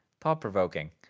thought-provoking